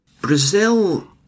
Brazil